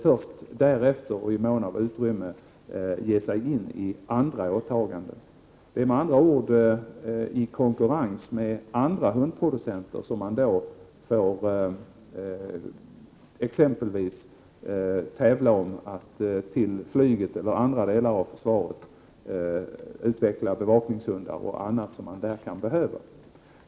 Först därefter och i mån av utrymme bör skolan ge sig in på andra åtaganden. Man får då med andra ord i konkurrens med andra hundproducenter tävla om att t.ex. utveckla bevakningshundar och annat som kan behövas till flyget eller andra delar av försvaret.